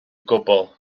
cwbl